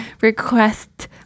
request